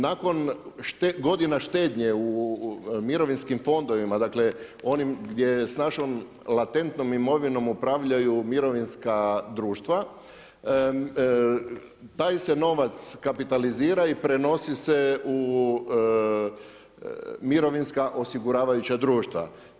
Nakon godina štednje u mirovinskim fondovima dakle onim gdje s našom latentnom imovinom upravljaju mirovinska društva taj se novac kapitalizira i prenosi se u mirovinska osiguravajuća društva.